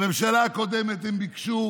בממשלה הקודמת הם ביקשו,